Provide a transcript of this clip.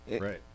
Right